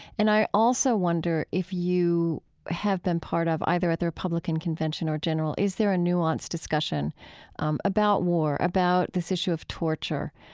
and i also wonder if you have been part of, either at the republican convention or in general, is there a nuanced discussion um about war, about this issue of torture,